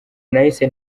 nahise